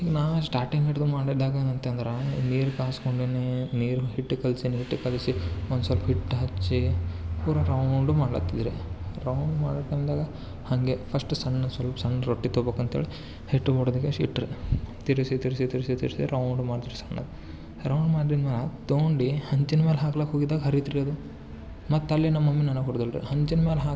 ನಾ ಸ್ಟಾಟಿಂಗ್ ಹಿಡಿದು ಮಾಡ್ದಾಗ ಏನಾಯ್ತಂದ್ರೆ ನೀರು ಕಾಯಿಸ್ಕೊಂಡು ನೀರು ಹಿಟ್ಟು ಕಲ್ಸಿನಿ ಒಂದುಸ್ವಲ್ಪ ಹಿಟ್ಟು ಹಚ್ಚಿ ಪೂರಾ ರೌಂಡ್ ಮಾಡ್ಲಕ್ತಿದ್ರೆ ರೌಂಡ್ ಮಾಡೋಕಂದಾಗ ಹಂಗೆ ಫಸ್ಟ್ ಸಣ್ಣ ಸ್ವಲ್ಪ ಸಣ್ಣ ರೊಟ್ಟಿ ತಗೋಕಂತೇಳಿ ಹಿಟ್ಟು ಬಡೀದಿವ್ರಿ ಹಿಟ್ಟು ತಿರುಗ್ಸಿ ತಿರುಗ್ಸಿ ತಿರುಗ್ಸಿ ತಿರುಗ್ಸಿ ರೌಂಡ್ ಮಾಡಿದ್ವಿರಿ ಸಣ್ಣಗೆ ರೌಂಡ್ ಮಾಡಿದಮೇಲೆ ತಗೊಂಡು ಹಂಚಿನಮೇಲೆ ಹಾಕ್ಲಿಕ್ಕೆ ಹೋಗಿದಾಗ ಹರಿತ್ರಿ ಅದು ಮತ್ತು ಅಲ್ಲೆ ನಮ್ಮ ಮಮ್ಮಿ ನನ್ನ ಹೊಡೆದಾಳ್ರಿ ಹಂಚಿನಮೇಲೆ ಹಾಕಿ